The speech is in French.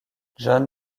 john